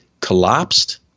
collapsed